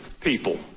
people